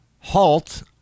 halt